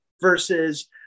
versus